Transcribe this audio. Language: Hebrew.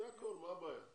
זה הכול, מה הבעיה?